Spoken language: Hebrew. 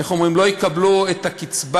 איך אומרים, לא יקבלו את הקצבה,